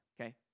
okay